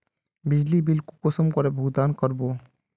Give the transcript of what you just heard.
बिजली बिल कुंसम करे भुगतान कर बो?